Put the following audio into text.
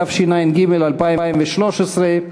התשע"ג 2013,